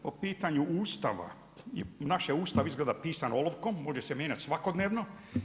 Po pitanju Ustava, naš je Ustav izgleda pisan olovkom, može se mijenjati svakodnevno.